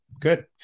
Good